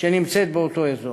שנמצאת באותו אזור.